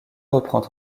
reprend